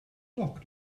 locked